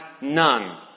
none